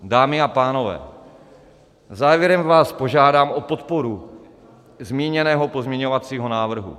Dámy a pánové, závěrem vás požádám o podporu zmíněného pozměňovacího návrhu.